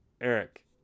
Eric